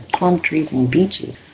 palm tree and beaches.